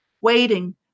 waiting